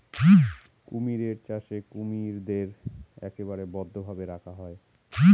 কুমির চাষে কুমিরদের একেবারে বদ্ধ ভাবে রাখা হয়